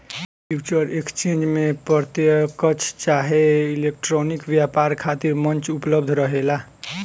future exchange में प्रत्यकछ चाहे इलेक्ट्रॉनिक व्यापार खातिर मंच उपलब्ध रहेला